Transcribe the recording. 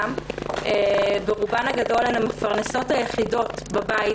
ברובן הגדול הן המפרנסות היחידות בבית,